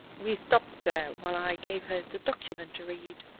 we stopped there while i gave her the document to read.